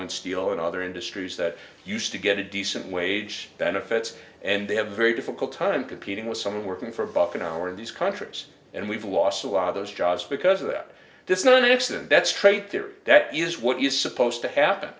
own steel and other industries that used to get a decent wage benefits and they have a very difficult time competing with someone working for a buck an hour in these countries and we've lost a lot of those jobs because of that this is not an accident that's straight there that is what you're supposed to happen